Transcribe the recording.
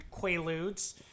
quaaludes